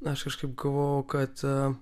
aš kažkaip galvoju kad